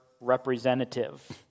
representative